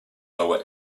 lower